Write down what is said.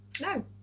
No